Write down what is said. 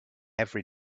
every